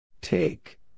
Take